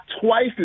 twice